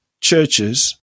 churches